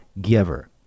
giver